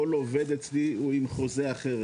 כל עובד אצלי הוא עם חוזה אחר.